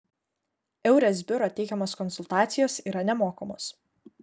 eures biuro teikiamos konsultacijos yra nemokamos